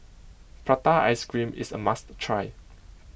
Prata Ice Cream is a must try